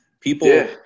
People